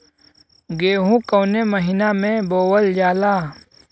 गेहूँ कवने महीना में बोवल जाला?